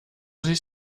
sich